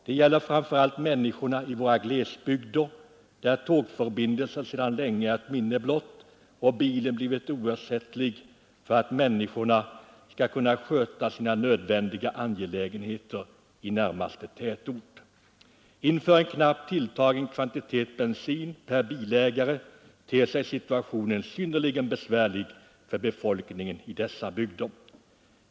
Det gäller framför allt människor i våra glesbygder där tågförbindelserna sedan länge är ett minne blott och bilen blivit oersättlig för att människorna skall kunna sköta sina nödvändiga angelägenheter i närmaste tätort. Med en knappt tilltagen kvantitet bensin per bilägare ter sig situationen synnerligen besvärlig för befolkningen i dessa bygder.